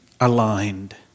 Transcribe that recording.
aligned